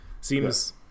Seems